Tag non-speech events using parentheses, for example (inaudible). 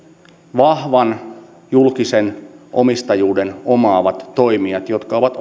vahvan julkisen omistajuuden omaavat toimijat jotka ovat (unintelligible)